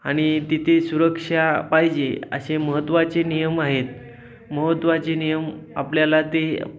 आणि तिथे सुरक्षा पाहिजे असे महत्त्वाचे नियम आहेत महत्त्वाचे नियम आपल्याला ते